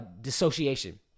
Dissociation